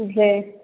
जी